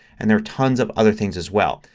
and there are tons of other things as well.